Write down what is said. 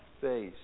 face